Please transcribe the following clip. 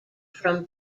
from